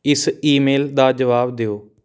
ਇਸ ਈਮੇਲ ਦਾ ਜਵਾਬ ਦਿਓ